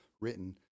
written